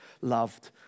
loved